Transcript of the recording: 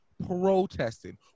Protesting